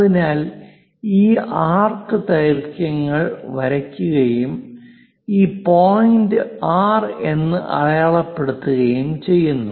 അതിനാൽ ഈ ആർക്ക് ദൈർഘ്യങ്ങൾ വരയ്ക്കുകയും ഈ പോയിന്റ് ആർ എന്ന് അടയാളപ്പെടുത്തുകയും ചെയ്യുന്നു